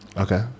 Okay